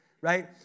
right